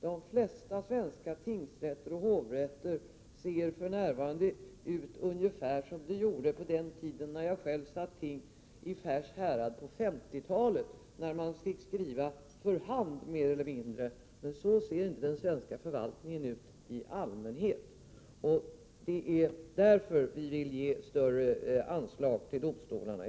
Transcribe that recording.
De flesta svenska tingsrätter och hovrätter ser ungefär likadana ut som på den tid när jag själv satt ting på 50-talet, då man mer eller mindre fick skriva för hand. Så ser inte den svenska förvaltningen ut i allmänhet. Det är därför vi från folkpartiet vill ge större anslag till domstolarna.